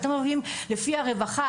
לפי חוק הרווחה,